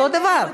אותו דבר.